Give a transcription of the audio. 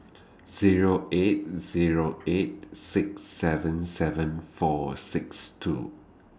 Zero eight Zero eight six seven seven four six two